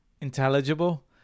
intelligible